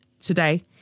today